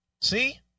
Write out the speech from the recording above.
see